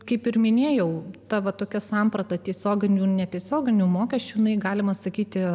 kaip ir minėjau ta va tokia samprata tiesioginių netiesioginių mokesčių galima sakyti